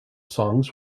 songs